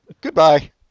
Goodbye